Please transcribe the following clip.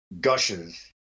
gushes